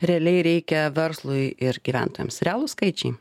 realiai reikia verslui ir gyventojams realūs skaičiai